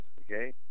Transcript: Okay